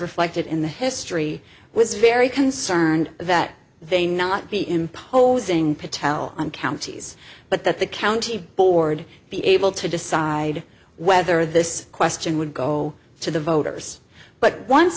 reflected in the history was very concerned that they not be imposing patel on counties but that the county board be able to decide whether this question would go to the voters but once